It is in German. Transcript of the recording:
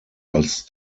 als